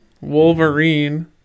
Wolverine